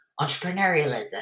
entrepreneurialism